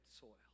soil